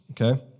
okay